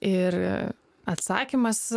ir atsakymas